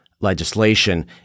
Legislation